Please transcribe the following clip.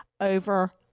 over